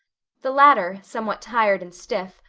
the latter, somewhat tired and stiff,